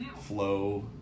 flow